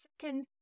second